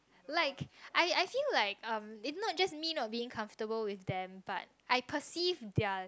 like I I feel like um it not just mean of being comfortable with them but I perceive their